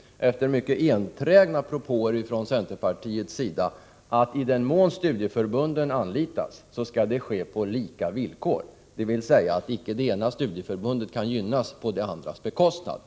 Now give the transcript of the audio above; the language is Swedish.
— efter mycket enträgna propåer från centerpartiets sida — skrivit att i den mån studieförbunden anlitas skall det ske på lika villkor, dvs. att det ena studieförbundet inte kan gynnas på det andras bekostnad.